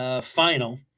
final